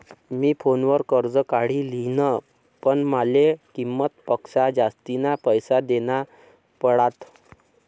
मी फोनवर कर्ज काढी लिन्ह, पण माले किंमत पक्सा जास्तीना पैसा देना पडात